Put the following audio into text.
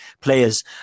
players